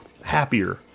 happier